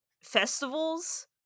festivals